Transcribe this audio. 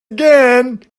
again